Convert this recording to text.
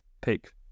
pick